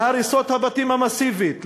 להריסת הבתים המסיבית,